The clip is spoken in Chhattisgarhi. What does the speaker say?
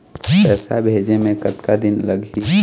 पैसा भेजे मे कतका दिन लगही?